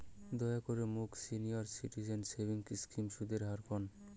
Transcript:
দয়া করে মোক সিনিয়র সিটিজেন সেভিংস স্কিমের সুদের হার কন